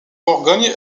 bourgogne